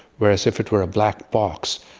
whereas if it were a black box,